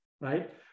right